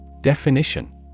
Definition